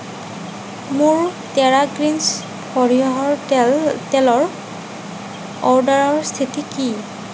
মোৰ Terra Greens সৰিয়হৰ তেল তেলৰ অৰ্ডাৰৰ স্থিতি কি